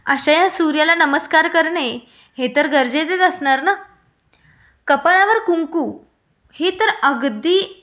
अशा या सूर्याला नमस्कार करणे हे तर गरजेचेच असणार ना कपाळावर कुंकू ही तर अगदी